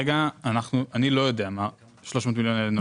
אני לא יודע למה ה-300 מיליון האלה נועדו.